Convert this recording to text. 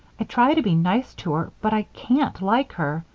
i try to be nice to her, but i can't like her.